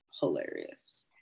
hilarious